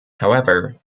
however